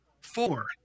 Four